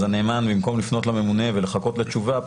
במקום שהנאמן יפנה לממונה ויחכה לתשובה,